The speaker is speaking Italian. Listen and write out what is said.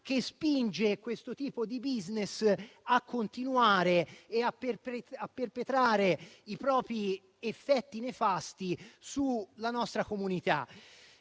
che spinge questo tipo di *business* a continuare a perpetrare i propri effetti nefasti sulla nostra comunità.